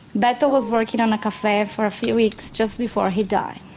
beto was working in a cafe for a few weeks just before he died.